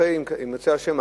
אם ירצה השם,